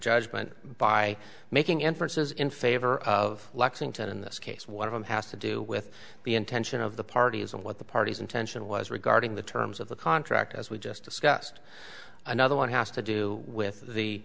judgment by making inferences in favor of lexington in this case one of them has to do with the intention of the parties and what the parties intention was regarding the terms of the contract as we just discussed another one has to do with the